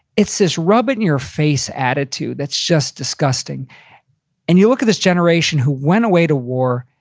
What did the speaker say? it's this rub it in your face attitude that's just disgusting and you look at this generation who went away to war,